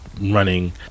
running